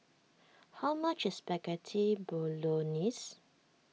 how much is Spaghetti Bolognese